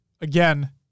again